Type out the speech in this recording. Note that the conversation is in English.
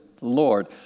Lord